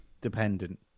dependent